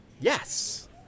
Yes